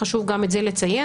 חשוב גם את זה לציין.